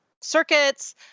circuits